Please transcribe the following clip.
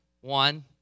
one